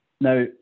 Now